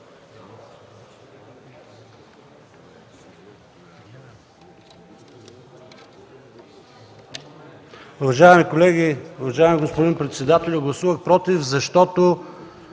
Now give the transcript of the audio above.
Уважаеми колеги, уважаеми господин председателю, гласувах „против” защото